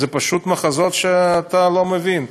זה פשוט מחזות שאתה לא מבין,